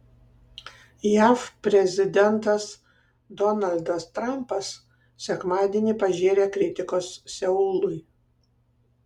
jav prezidentas donaldas trampas sekmadienį pažėrė kritikos seului